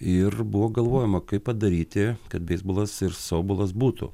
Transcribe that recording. ir buvo galvojama kaip padaryti kad beisbolas ir softbolas būtų